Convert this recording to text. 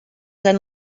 han